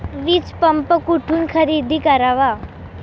वीजपंप कुठून खरेदी करावा?